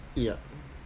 yup